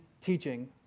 teaching